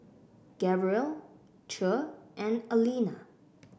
Gabrielle Che and Aleena